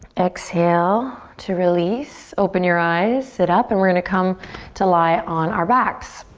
exhale to release, open your eyes. sit up and we're gonna come to lie on our backs.